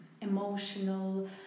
emotional